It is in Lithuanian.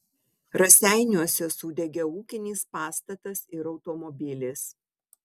raseiniuose sudegė ūkinis pastatas ir automobilis